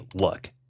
look